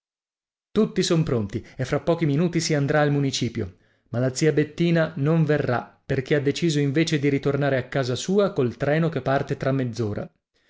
tutti son pronti e fra pochi minuti si andrà al municipio ma la zia bettina non verrà perché ha deciso invece di ritornare a casa sua col treno che parte tra